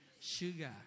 Sugar